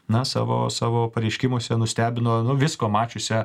na savo savo pareiškimuose nustebino nu visko mačiusią